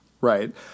Right